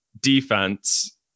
defense